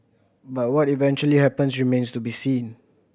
but what eventually happens remains to be seen